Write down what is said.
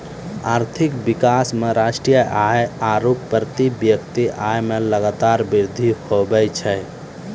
आर्थिक विकास मे राष्ट्रीय आय आरू प्रति व्यक्ति आय मे लगातार वृद्धि हुवै छै